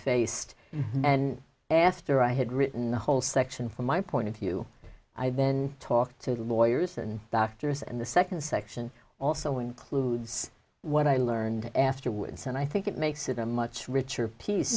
faced and aster i had written the whole section from my point of view i then talk to lawyers and doctors and the second section also includes what i learned afterwards and i think it makes it a much richer piece